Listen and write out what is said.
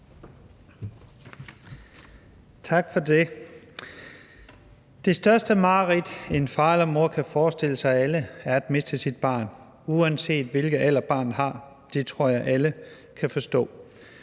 Tak for det. Det største mareridt af alle, en far eller mor kan forestille sig, er at miste sit barn, uanset hvilken alder barnet har; det tror jeg alle kan forstå.